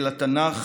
אל התנ"ך